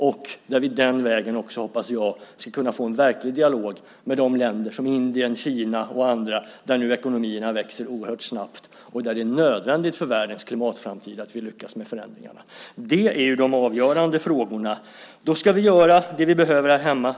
Och jag hoppas att vi den vägen ska kunna få en verklig dialog med länder som Indien, Kina och andra där ekonomierna nu växer oerhört snabbt och där det är nödvändigt för världens klimatframtid att vi lyckas med förändringarna. Det är de avgörande frågorna. Då ska vi göra det som vi behöver göra här hemma.